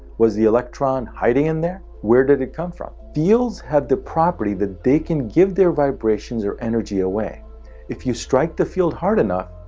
was the electron hiding in there? where did it come from? fields have the property that they can give their vibrations or energy away if you strike the field hard enough.